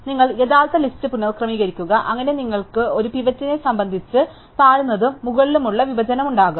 അതിനാൽ നിങ്ങൾ യഥാർത്ഥ ലിസ്റ്റ് പുനക്രമീകരിക്കുക അങ്ങനെ നിങ്ങൾക്ക് ഒരു പിവറ്റിനെ സംബന്ധിച്ച് താഴ്ന്നതും മുകളിലുമുള്ള വിഭജനം ഉണ്ടാകും